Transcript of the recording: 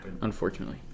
Unfortunately